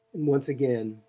and once again,